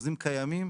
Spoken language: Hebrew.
חוזים קיימים